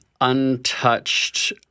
untouched